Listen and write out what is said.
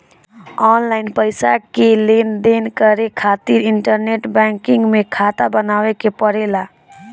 online पईसा के लेनदेन करे खातिर इंटरनेट बैंकिंग में खाता बनावे के पड़ेला